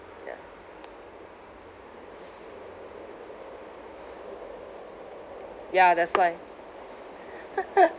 ya ya that's why